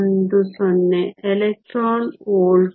10 electron volt